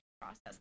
process